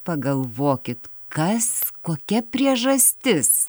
pagalvokit kas kokia priežastis